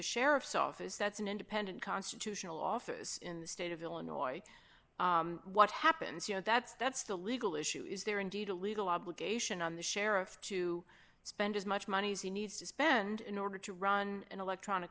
sheriff's office that's an independent constitutional office in the state of illinois what happens you know that's that's a legal issue is there indeed a legal obligation on the sheriff to spend as much money as he needs to spend in order to run an electronic